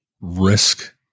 risk